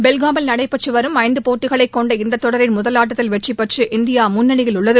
பெல்காமில் நடைபெற்று வரும் ஐந்து போட்டிகளை கொண்ட இந்த தொடரின் முதல் ஆட்டத்தில் வெற்றி பெற்று இந்தியா முன்னிலையில் உள்ளது